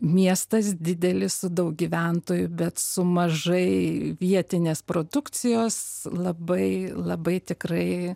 miestas didelis daug su gyventojų bet su mažai vietinės produkcijos labai labai tikrai